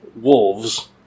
wolves